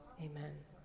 Amen